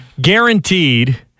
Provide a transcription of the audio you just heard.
Guaranteed